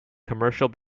commercial